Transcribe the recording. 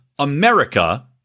america